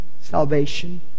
salvation